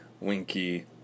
Winky